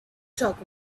talk